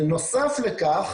בנוסף לכך